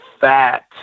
fat